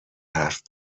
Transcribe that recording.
حرف